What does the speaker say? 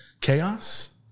chaos